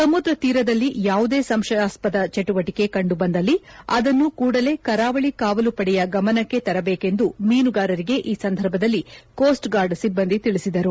ಸಮುದ್ರ ತೀರದಲ್ಲಿ ಯಾವುದೇ ಸಂಶಯಾಸ್ವದ ಚಟುವಟಿಕೆ ಕಂಡುಬಂದಲ್ಲಿ ಅದನ್ನು ಕೂಡಲೇ ಕರಾವಳಿ ಕಾವಲು ಪಡೆಯ ಗಮನಕ್ಕೆ ತರಬೇಕೆಂದು ಮೀನುಗಾರರಿಗೆ ಈ ಸಂದರ್ಭದಲ್ಲಿ ಕೋಸ್ಟ್ ಗಾರ್ಡ್ ಸಿಬ್ಬಂದಿ ತಿಳಿಸಿದರು